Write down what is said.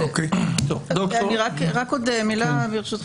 ברשותכם, עוד מילה.